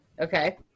Okay